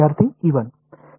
आणि बरोबर